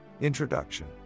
Introduction